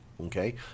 Okay